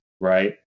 right